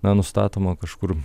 na nustatoma kažkur